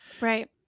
right